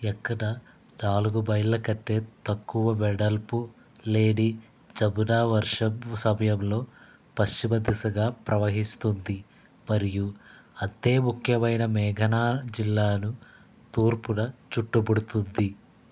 ఎక్కడా నాలుగు మైళ్ళ కంటే తక్కువ వెడల్పు లేని జమున వర్షం సమయంలో పశ్చిమ దిశగా ప్రవహిస్తుంది మరియు అంతే ముఖ్యమైన మేఘన జిల్లాను తూర్పున చుట్టుముడుతుంది